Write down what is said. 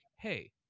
hey